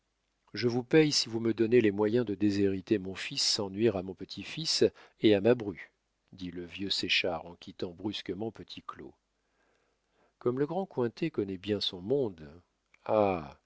je vous paye si vous me donnez les moyens de déshériter mon fils sans nuire à mon petits-fils et à ma bru dit le vieux séchard en quittant brusquement petit claud comme le grand cointet connaît bien son monde ah